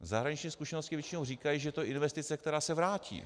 Zahraniční zkušenosti většinou říkají, že je to investice, která se vrátí.